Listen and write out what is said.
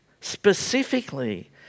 Specifically